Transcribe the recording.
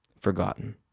forgotten